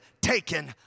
taken